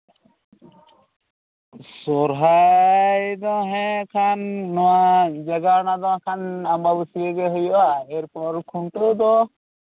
ᱥᱚᱨᱦᱟᱭ ᱫᱚ ᱦᱮᱸ ᱠᱷᱟᱱ ᱱᱚᱶᱟ ᱡᱟᱸᱜᱟᱣᱱᱟ ᱫᱚ ᱦᱟᱸᱜ ᱠᱷᱟᱱ ᱟᱢᱵᱟᱵᱟᱹᱥᱭᱟᱹ ᱨᱮᱜᱮ ᱦᱩᱭᱩᱜᱼᱟ ᱮᱨᱯᱚᱨ ᱠᱷᱩᱱᱴᱟᱹᱣ ᱫᱚ